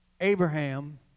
Abraham